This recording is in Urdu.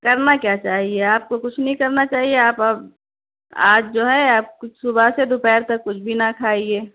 کرنا کیا چاہیے آپ کو کچھ نہیں کرنا چاہیے آپ اب آج جو ہے آپ کچھ صبح سے دوپہر تک کچھ بھی نہ کھائیے